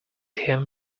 him